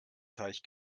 teich